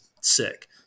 sick